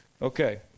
Okay